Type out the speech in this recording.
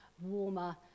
warmer